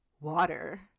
water